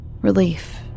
Relief